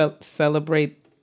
Celebrate